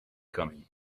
coming